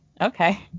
okay